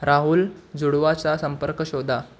राहुल जुडवाचा संपर्क शोधा